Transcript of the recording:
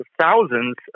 thousands